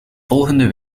volgende